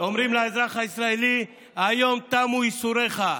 אומרים לאזרח הישראלי: היום תמו ייסוריך.